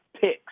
picks